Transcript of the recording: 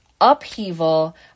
upheaval